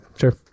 Sure